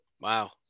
Wow